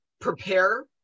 prepare